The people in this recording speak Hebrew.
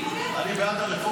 בבקשה.